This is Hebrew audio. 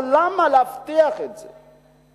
אבל למה להבטיח את זה?